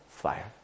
fire